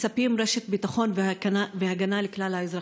מצפים לרשת ביטחון ולהגנה, לכלל האזרחים.